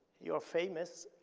you're famous,